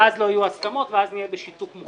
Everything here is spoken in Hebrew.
אז לא יהיו הסכמות, ואז נהיה בשיתוק מוחלט.